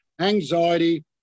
Anxiety